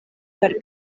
per